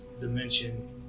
dimension